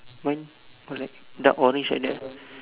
mine dark orange like that